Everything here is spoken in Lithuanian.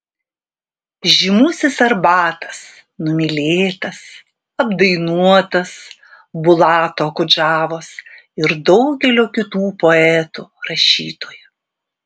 žymusis arbatas numylėtas apdainuotas bulato okudžavos ir daugelio kitų poetų rašytojų